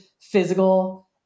physical